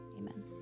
Amen